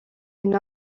une